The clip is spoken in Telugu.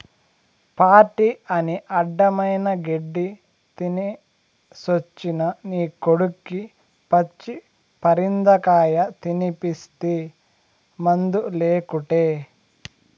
పార్టీ అని అడ్డమైన గెడ్డీ తినేసొచ్చిన నీ కొడుక్కి పచ్చి పరిందకాయ తినిపిస్తీ మందులేకుటే